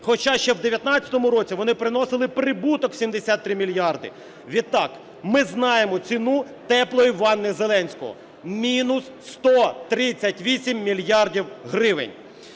Хоча ще в 19-му році вони приносили прибуток у 73 мільярди. Відтак ми знаємо ціну "теплої ванни Зеленського" – мінус 138 мільярдів гривень.